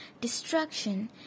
destruction